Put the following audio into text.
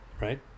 right